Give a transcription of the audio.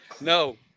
No